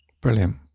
Brilliant